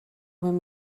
when